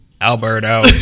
Alberto